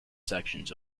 sections